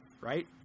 right